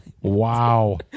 Wow